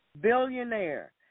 billionaire